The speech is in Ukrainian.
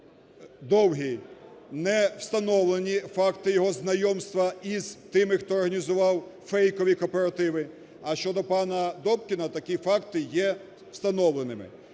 Довгий, не встановлені факти його знайомства із тими, хто організував фейкові кооперативи, а щодо пана Добкіна такі факти є встановленими.